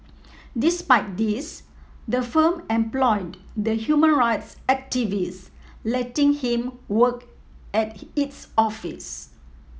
despite this the firm employed the human rights activist letting him work at its office